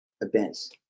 events